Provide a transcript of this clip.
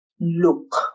look